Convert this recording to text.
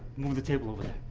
move the table over